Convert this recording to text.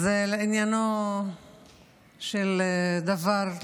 אז לעניינו של דבר,